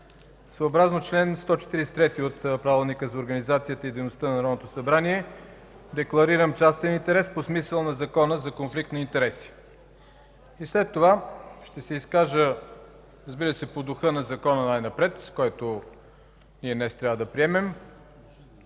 Съобразно чл. 143 от Правилника за организацията и дейността на Народното събрание декларирам частен интерес по смисъла на Закона за конфликт на интереси. След това ще се изкажа по духа на Закона, който днес трябва да приемем,